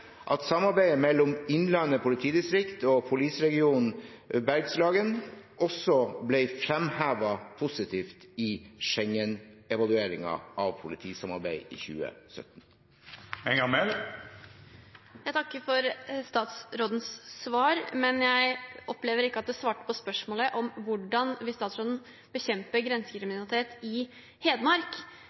at samarbeidet mellom Innlandet politidistrikt og Polisregion Bergslagen ble fremhevet positivt i Schengen-evalueringen av politisamarbeid i 2017. Jeg takker for statsrådens svar, men jeg opplever ikke at han svarte på spørsmålet om hvordan statsråden vil bekjempe grensekriminalitet i Hedmark.